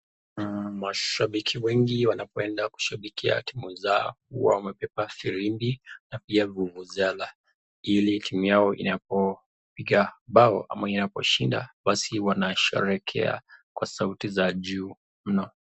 Mashabiki wengi wanapoenda kushabikia timu zao huwa wanabeba firimbi na pia vuvuzela, ili timu yao inapopiga bao ama inaposhinda, basi wanasherehekea kwa sauti za juu mno.